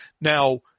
Now